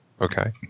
Okay